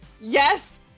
Yes